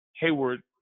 Hayward